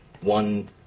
One